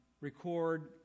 record